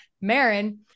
Marin